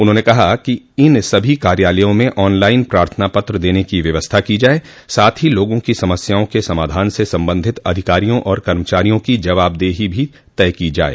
उन्होंने कहा कि इन सभी कार्यालयों में ऑन लाइन प्रार्थना पत्र देने की व्यवस्था की जाये साथ ही लोगों की समस्याओं के समाधान से संबंधित अधिकारियों और कर्मचारियों की जवाबदेही तय की जाये